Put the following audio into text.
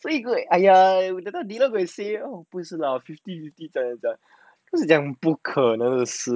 pretty good !aiya! that time dylan go and say